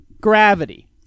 gravity